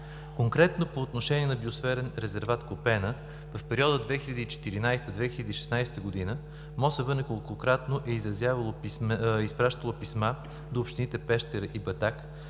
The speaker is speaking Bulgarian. Конкретно по отношение на Биосферен резерват „Купена“ в периода 2014 – 2016 г. МОСВ неколкократно е изпращало писма до общините Пещера и Батак,